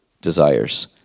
desires